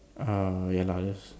ah ya lah just